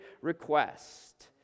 request